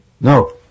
No